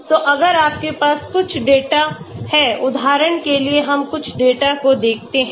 तो अगर आपके पास कुछ डेटा है उदाहरण के लिए हम कुछ डेटा को देखते हैं